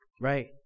Right